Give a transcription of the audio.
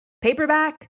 paperback